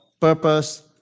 purpose